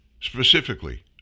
Specifically